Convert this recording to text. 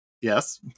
Yes